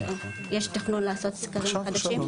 אז יש תכנון לעשות סקרים חדשים?